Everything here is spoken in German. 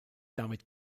damit